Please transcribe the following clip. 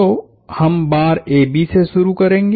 तो हम बार AB से शुरू करेंगे